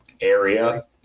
area